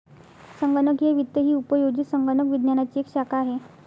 संगणकीय वित्त ही उपयोजित संगणक विज्ञानाची एक शाखा आहे